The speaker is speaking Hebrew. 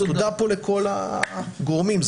אז תודה לכל הגורמים,